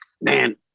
man